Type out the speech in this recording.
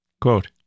Quote